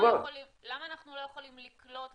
למה אנחנו לא יכולים לקלוט,